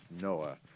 Noah